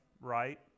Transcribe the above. right